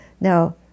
Now